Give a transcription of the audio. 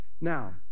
Now